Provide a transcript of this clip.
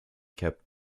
kept